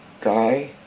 guy